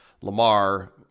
Lamar